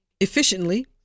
efficiently